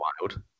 wild